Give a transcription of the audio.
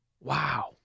Wow